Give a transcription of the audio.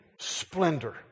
splendor